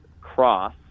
cross